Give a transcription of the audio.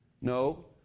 No